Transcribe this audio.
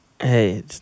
Hey